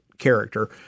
character